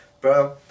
bro